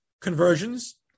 conversions